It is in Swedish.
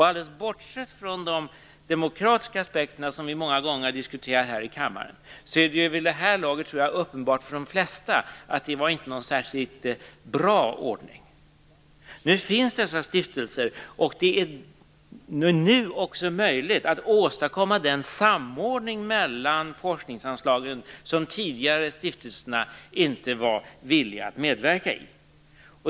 Alldeles bortsett från de demokratiska aspekterna som vi många gånger har diskuterat här i kammaren, tror jag att det vid det här laget är uppenbart för de flesta att det inte var någon särskilt bra ordning. Nu finns dessa stiftelser, och det är nu också möjligt att åstadkomma den samordning mellan forskningsanslagen som de tidigare stiftelserna inte var villiga att medverka i.